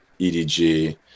EDG